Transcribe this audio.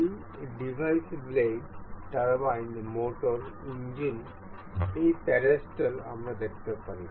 এই ডিভাইসটিতে blade turbine motor engine এই প্যাডেলটি আমরা দেখতে পারি